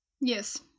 Yes